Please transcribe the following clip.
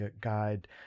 guide